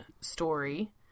story